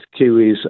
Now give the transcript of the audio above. Kiwis